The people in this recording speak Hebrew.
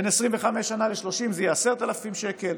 25 30 זה יהיה 10,000 שקל,